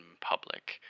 public